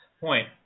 point